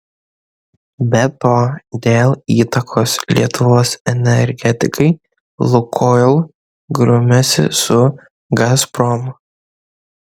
be to dėl įtakos lietuvos energetikai lukoil grumiasi su gazprom